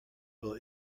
will